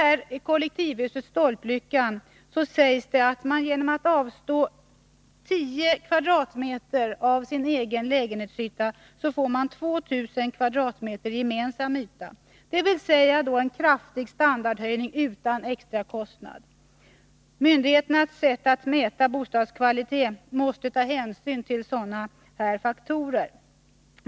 I kollektivhuset Stolplyckan sägs det t.ex. att man genom att avstå från 10 m? lägenhetsyta får 2000 m? gemensam yta, dvs. en kraftig standardhöjning utan extra kostnad. Myndigheternas sätt att mäta bostadskvalitet måste ta hänsyn till sådana faktorer.